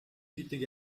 гэдэг